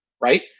right